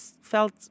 felt